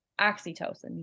oxytocin